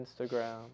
Instagram